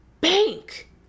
bank